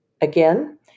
again